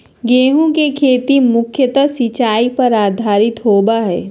गेहूँ के खेती मुख्यत सिंचाई पर आधारित होबा हइ